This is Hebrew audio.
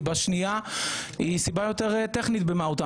סיבה שנייה היא סיבה יותר טכנית במהותה.